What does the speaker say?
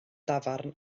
dafarn